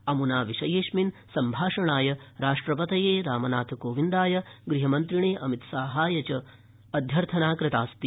अम्ना विषयेऽस्मिन् सम्भाषणाय राष्ट्रपतये रामनाथकोविन्दाय गृहमन्त्रिणे अमितशाहाय च अध्यर्थना कृतास्ति